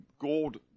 gold